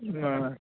ಹಾಂ